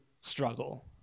struggle